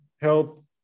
help